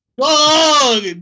Dog